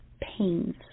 pains